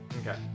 okay